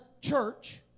church